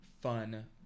fun